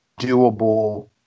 doable